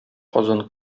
казан